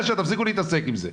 תפסיקו לאשר, תפסיקו להתעסק עם זה.